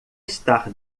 estar